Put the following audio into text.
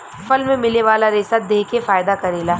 फल मे मिले वाला रेसा देह के फायदा करेला